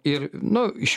ir nu iš